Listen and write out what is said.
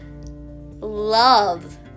love